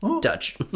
Dutch